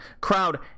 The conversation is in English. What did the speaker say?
crowd